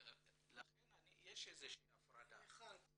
לכן יש איזו שהיא הפרדה.